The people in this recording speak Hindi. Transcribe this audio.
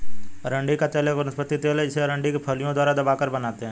अरंडी का तेल एक वनस्पति तेल है जिसे अरंडी की फलियों को दबाकर बनाते है